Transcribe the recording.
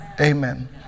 Amen